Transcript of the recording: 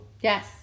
yes